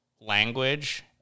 language